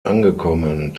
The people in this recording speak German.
angekommen